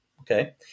okay